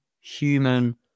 human